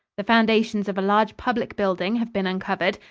the foundations of a large public building have been uncovered,